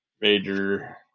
Major